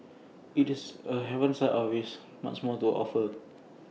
IT is A haven inside or with much more to offer